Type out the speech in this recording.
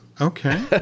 okay